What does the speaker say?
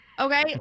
Okay